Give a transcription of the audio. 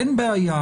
אין בעיה